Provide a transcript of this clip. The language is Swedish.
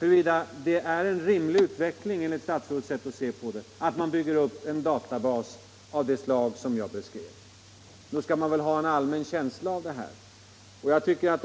huruvida det är en 123 rimlig utveckling, enligt statsrådets sätt att se, att man bygger upp en databas av det slag som jag beskrev. Nog skall man väl kunna kräva en allmän uppfattning i dessa frågor!